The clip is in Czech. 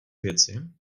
věci